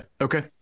Okay